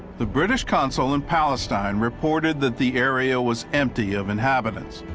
the british consule in palestine reported that the area was empty of inhabitants,